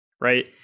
right